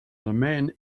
man